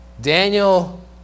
Daniel